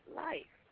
life